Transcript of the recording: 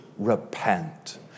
repent